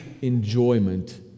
enjoyment